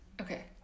Okay